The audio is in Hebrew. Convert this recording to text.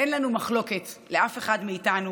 אין לנו מחלוקת, לאף אחד מאיתנו,